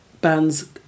bands